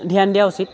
ধ্যান দিয়া উচিত